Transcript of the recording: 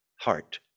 heart